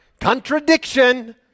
contradiction